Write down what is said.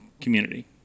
community